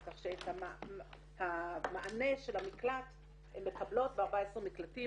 כך שאת המענה של המקלט הן מקבלות ב-14 מקלטים,